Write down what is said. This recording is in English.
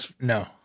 no